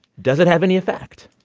does it have any effect?